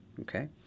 Okay